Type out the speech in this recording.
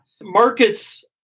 markets